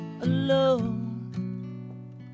alone